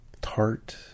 tart